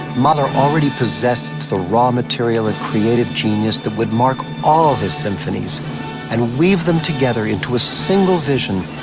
mahler already possessed the raw material and creative genius that would mark all of his symphonies and weave them together into a single vision,